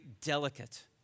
delicate